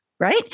right